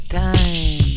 time